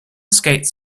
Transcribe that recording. skates